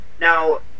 Now